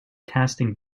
casting